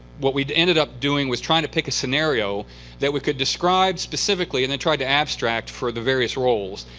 what we ended up doing was trying to pick a scenario that we could describe specifically and then tried to abstract for the various roles.